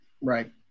Right